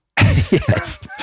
Yes